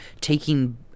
taking